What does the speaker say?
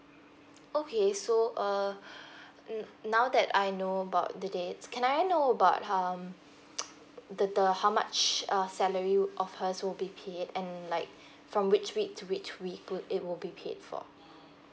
okay so uh mm now that I know about the dates can I know about um the the how much err salary of hers will be paid and like from which week to which week would it will be paid for